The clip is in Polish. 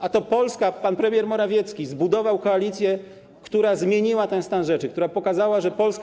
A to Polska, pan premier Morawiecki zbudował koalicję, która zmieniła ten stan rzeczy, która pokazała, że Polska.